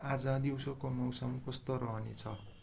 आज दिउँसोको मौसम कस्तो रहने छ